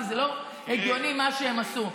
כי זה לא הגיוני מה שהם עשו.